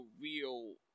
real